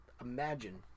imagine